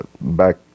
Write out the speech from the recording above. back